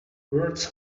words